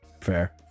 fair